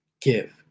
give